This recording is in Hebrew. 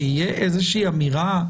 שתהיה איזושהי אמירה,